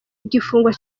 igifungo